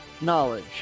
knowledge